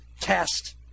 test